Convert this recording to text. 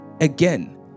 Again